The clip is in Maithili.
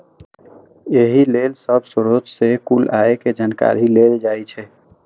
एहि लेल सब स्रोत सं कुल आय के जानकारी लेल जाइ छै